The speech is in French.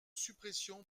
suppression